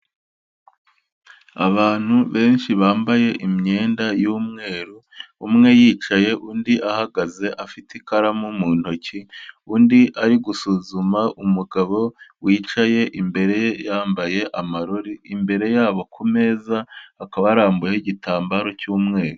Abantu benshi bambaye imyenda y'umweru, umwe yicaye undi ahagaze afite ikaramu mu ntoki, undi ari gusuzuma umugabo wicaye imbere ye yambaye amarori, imbere yabo ku meza hakaba harambuyeho igitambaro cy'umweru.